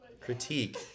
Critique